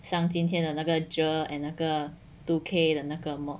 像今天的那个 J_E_R and 那个 two K 的那个 mod